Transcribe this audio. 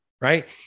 right